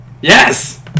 Yes